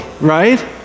right